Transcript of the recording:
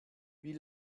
wie